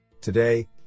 Today